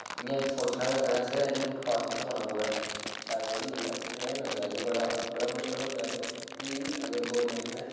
इ'यां असें सोचना होऐ कदें असें गै इ'यां फुटपाथ पर सोना पोऐ शैल थोह्ड़ी कनेहा लगदा इ'यां बड़ा बड़ा मुश्कल होंदा यरो फ्ही बी अगर गोरमैंट ने